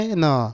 no